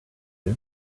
and